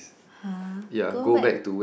!huh! go back to